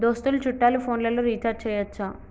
దోస్తులు చుట్టాలు ఫోన్లలో రీఛార్జి చేయచ్చా?